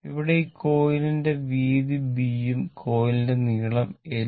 ഇവിടെ ഈ കോയിലിന്റെ വീതി B യും കോയിലിന്റെ നീളം L